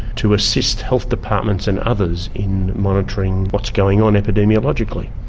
to assist health departments and others in monitoring what's going on epidemiologically,